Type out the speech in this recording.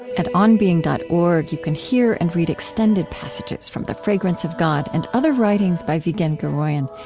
at onbeing dot org, you can hear and read extended passages from the fragrance of god and other writings by vigen guroian,